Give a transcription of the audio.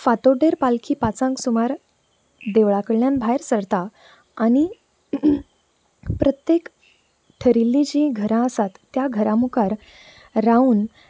फांतोडेर पालखी पांचांक सुमार देवळा कडल्यान भायर सरता आनी प्रत्येक ठरिल्लीं जी घरां आसात त्या घरां मुखार रावून